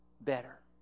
better